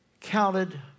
counted